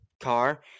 Car